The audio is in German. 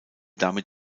damit